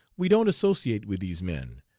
we don't associate with these men,